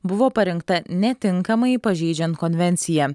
buvo parinkta netinkamai pažeidžiant konvenciją